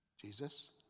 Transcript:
Jesus